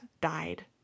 died